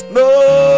no